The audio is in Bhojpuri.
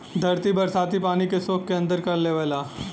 धरती बरसाती पानी के सोख के अंदर कर लेवला